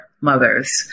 mothers